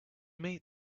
meet